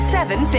Seven